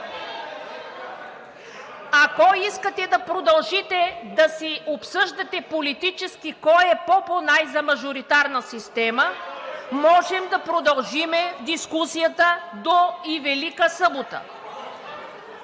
Ако искате да продължите да си обсъждате политически кой е по- по- най- за мажоритарна система, можем да продължим дискусията до… и Велика събота.